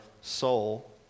soul